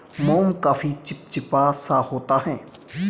मोम काफी चिपचिपा सा होता है